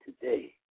today